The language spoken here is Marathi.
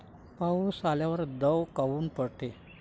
पाऊस आल्यावर दव काऊन पडते?